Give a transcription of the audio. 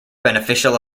beneficial